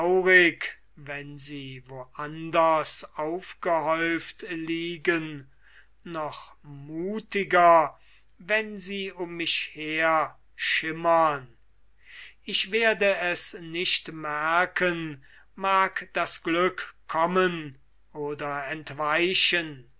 wenn sie wo anders liegen noch muthiger wenn sie um mich her schimmern ich werde es nicht merken mag das glück kommen oder entweichen